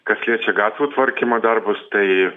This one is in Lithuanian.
kas liečia gatvių tvarkymo darbus tai